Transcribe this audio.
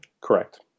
Correct